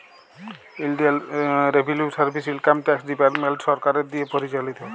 ইলডিয়াল revenue service income tax department সরকারের দিঁয়ে পরিচালিত